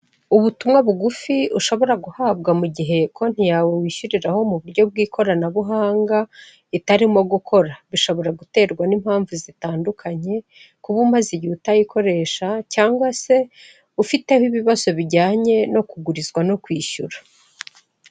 Ubutumwa bugufi ushobora guhabwa mu gihe konti yawe wishyiriraho mu buryo bw'ikoranabuhanga itarimo gukora bishobora guterwa n'impamvu zitandukanye kuba umaze igihe utayikoresha cyangwa se ufiteho ibibazo bijyanye no kugurizwa no kwishyura.